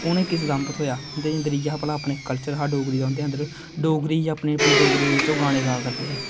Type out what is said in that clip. उनेंगी किस कम्म उप्पर थ्होआ उंदे कम्म इयां हा भला अपना कल्चर हा डोगरी दा उंदे अंदर डोगरी गी अपनी डोगरी दे बिच ओह् गाने गा करदे हे